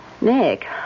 Nick